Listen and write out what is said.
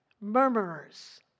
murmurers